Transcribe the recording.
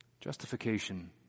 Justification